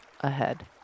ahead